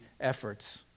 efforts